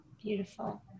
beautiful